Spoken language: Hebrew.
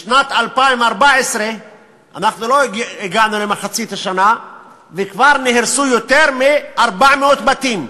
בשנת 2014 אנחנו לא הגענו למחצית השנה וכבר נהרסו יותר מ-400 בתים.